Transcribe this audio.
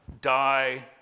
die